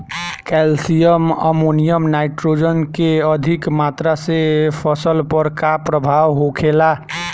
Calcium ammonium nitrate के अधिक मात्रा से फसल पर का प्रभाव होखेला?